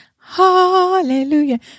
Hallelujah